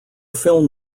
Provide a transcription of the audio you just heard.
film